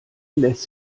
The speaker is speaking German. lässt